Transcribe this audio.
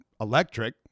electric